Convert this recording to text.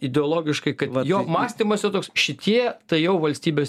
ideologiškai kad jo mąstymas jau toks šitie tai jau valstybės